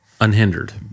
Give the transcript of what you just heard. Unhindered